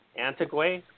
Antigua